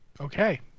Okay